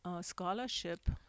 scholarship